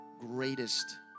greatest